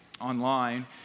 online